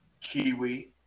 kiwi